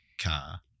car